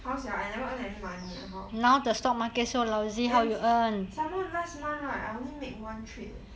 how sia I never earn any money eh how some more last month right I only made one trade